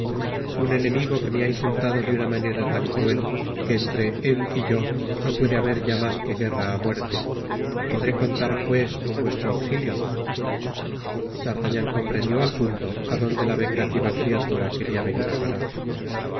un enemigo que me ha insultado de una manera tan cruel que entre ét y yo no puede haber ya t mas que guerra á muerte podré contar pues con vuestro auxilio d'artagnan comprendió al punto á donde la vengativa criatura quería venir á parar si